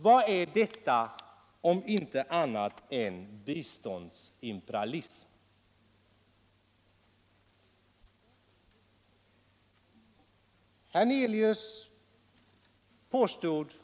Vad är detta om inte biståndsimperialism?